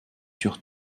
sur